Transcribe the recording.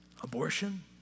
Abortion